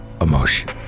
Emotion